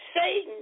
Satan